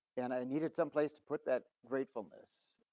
and i needed some place to put that gratefulness.